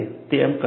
તેમ કહે છે